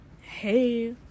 Hey